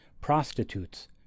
prostitutes